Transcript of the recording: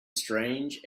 strange